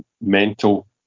mental